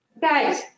Guys